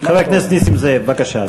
חבר הכנסת נסים זאב, בבקשה.